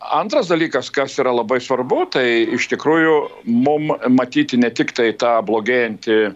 antras dalykas kas yra labai svarbu tai iš tikrųjų mum matyti ne tiktai tą blogėjantį